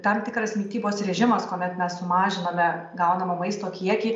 tam tikras mitybos režimas kuomet mes sumažiname gaunamo maisto kiekį